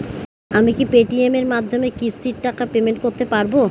আমি কি Paytm এর মাধ্যমে কিস্তির টাকা পেমেন্ট করতে পারব?